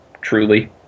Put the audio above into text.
truly